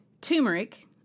Turmeric